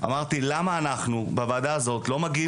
אמרתי למה אנחנו בוועדה הזאת לא מגיעים